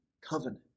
covenant